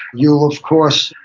you will, of course,